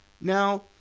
Now